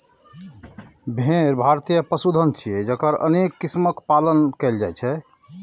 भेड़ भारतीय पशुधन छियै, जकर अनेक किस्मक पालन कैल जाइ छै